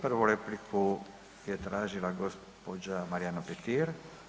Prvu repliku je tražila gđa. Marijana Petir.